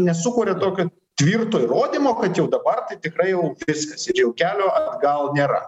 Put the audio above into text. nesukuria tokio tvirto įrodymo kad jau dabar tai tikrai jau viskas ir jau kelio atgal nėra